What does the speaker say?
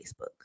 Facebook